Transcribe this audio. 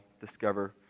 discover